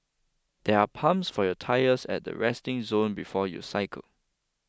there are pumps for your tyres at the resting zone before you cycle